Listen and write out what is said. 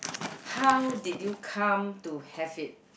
how did you come to have it